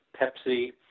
Pepsi